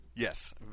Yes